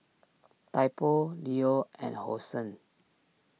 Typo Leo and Hosen